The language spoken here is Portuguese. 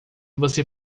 você